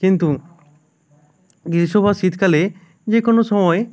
কিন্তু গ্রীষ্ম বা শীতকালে যে কোনও সময়ে